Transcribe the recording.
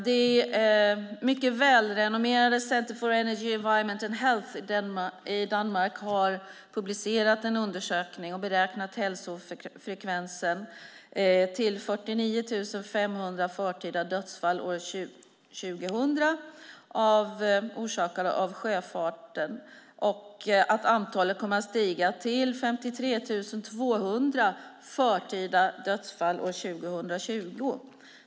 Det mycket välrenommerade Centre for Energy, Environment and Health i Danmark har publicerat en undersökning där man beräknat hälsofrekvensen till 49 500 förtida dödsfall år 2000 orsakade av sjöfarten. Man beräknar att antalet kommer att stiga till 53 200 förtida dödsfall år 2020.